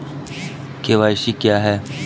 KYC क्या है?